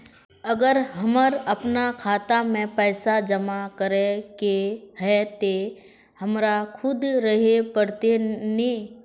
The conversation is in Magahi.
अगर हमर अपना खाता में पैसा जमा करे के है ते हमरा खुद रहे पड़ते ने?